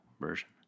version